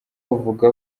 buvuga